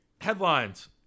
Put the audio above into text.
headlines